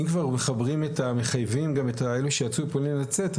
אם כבר מחייבים גם את אלה שיצאו לפולין לצאת,